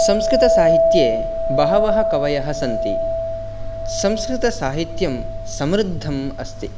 संस्कृतसाहित्ये बहवः कवयः सन्ति संस्कृतसाहित्यं समृद्धम् अस्ति